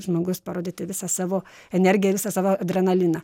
žmogus parodyti visą savo energiją ir visą savo adrenaliną